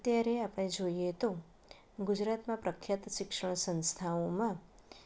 અત્યારે આપને જોઈએ તો ગુજરાતમાં પ્રખ્યાત શિક્ષણ સંસ્થાઓમાં